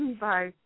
Bye